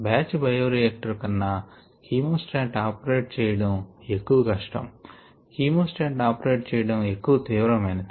batch bioreactor కన్నా chemostat operate చేయడం ఎక్కువ కష్టం ఖీమో స్టాట్ ఆపరేట్ చేయడం ఎక్కువ తీవ్రమైనది